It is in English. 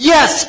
Yes